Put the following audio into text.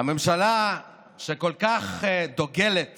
הממשלה שכל כך דוגלת